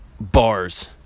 bars